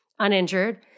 uninjured